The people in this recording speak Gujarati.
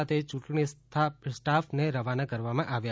સાથે ચૂંટણી સ્ટાફને રવાના કરવામાં આવ્યા